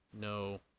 no